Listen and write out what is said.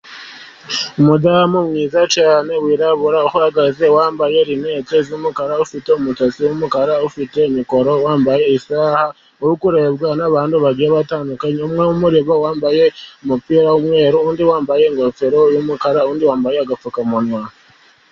Umudamu mwiza cyane wirabura uhagaze wambaye linete z'umukara, ufite umusatsi w'umukara ufite mikoro wambaye isaha, uri kurebwa n'abantu bagiye batandukanye umwe umureba wambaye umupira w'umweru, undi wambaye ingofero y'umukara undi wambaye agapfukamunwa.